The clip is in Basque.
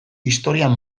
historian